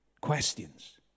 Questions